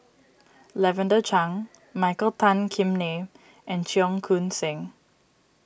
Lavender Chang Michael Tan Kim Nei and Cheong Koon Seng